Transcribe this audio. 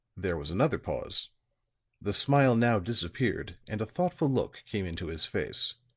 there was another pause the smile now disappeared and a thoughtful look came into his face.